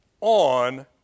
on